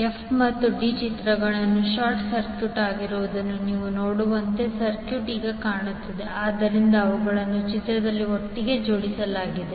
f ಮತ್ತು d ಚಿತ್ರವು short circuit ಆಗಿರುವುದನ್ನು ನೀವು ನೋಡುವಂತೆ ಸರ್ಕ್ಯೂಟ್ ಈಗ ಕಾಣುತ್ತದೆ ಆದ್ದರಿಂದ ಅವುಗಳನ್ನು ಚಿತ್ರದಲ್ಲಿ ಒಟ್ಟಿಗೆ ಜೋಡಿಸಲಾಗಿದೆ